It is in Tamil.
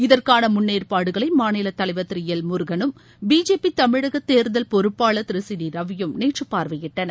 இதற்கான முன்னேற்பாடுகளை மாநிலத்தலைவர் திரு எல் முருகனும் பிஜேபி தமிழக தேர்தல் பொறுப்பாளர் திரு சி டி ரவியும் நேற்று பார்வையிட்டனர்